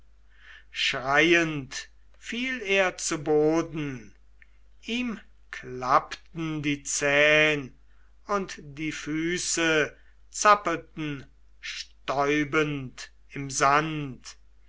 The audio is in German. schreiend fiel er zu boden ihm klappten die zahn und die füße zappelten stäubend im sand